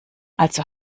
also